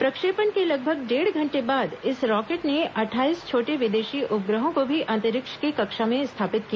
प्रक्षेपण के लगभग डेढ़ घंटे बाद इस रॉकेट ने अट्ठाईस छोटे विदेशी उपग्रहों को भी अंतरिक्ष की कक्षा में स्थापित किया